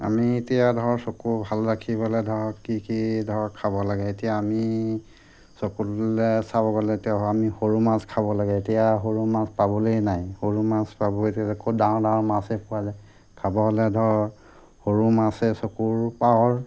আমি এতিয়া ধৰ চকু ভাল ৰাখিবলৈ ধৰ কি কি ধৰক খাব লাগে এতিয়া আমি চকুটোলৈ চাব গ'লে এতিয়া আমি সৰু মাছ খাব লাগে এতিয়া সৰু মাছ পাবলৈ নাই সৰু মাছ পাব এতিয়া ক'ত ডাঙৰ ডাঙৰ মাছেই পোৱা যায় খাব হ'লে ধৰ সৰু মাছে চকুৰ পাৱাৰ